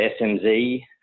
SMZ